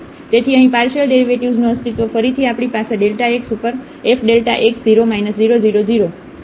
તેથી અહીં partial derivatives નું અસ્તિત્વ ફરીથી આપણી પાસે ડેલ્ટા x ઉપર f x 0 0 0 0 છે